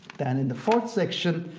then in the fourth section,